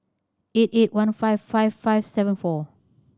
eight eight one five five five seven four